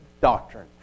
doctrine